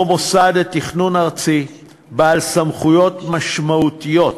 אותו מוסד תכנון ארצי בעל סמכויות משמעותיות